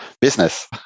business